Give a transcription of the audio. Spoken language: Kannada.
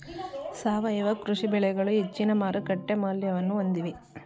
ಸಾವಯವ ಕೃಷಿ ಬೆಳೆಗಳು ಹೆಚ್ಚಿನ ಮಾರುಕಟ್ಟೆ ಮೌಲ್ಯವನ್ನು ಹೊಂದಿವೆ